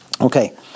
Okay